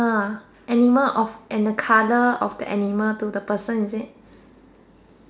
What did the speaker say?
a animal of and the colour of the animal to the person is it